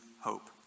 hope